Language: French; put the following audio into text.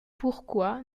pourquoi